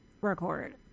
record